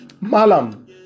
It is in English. malam